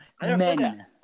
men